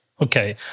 Okay